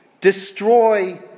Destroy